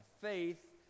Faith